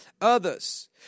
others